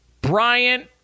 Bryant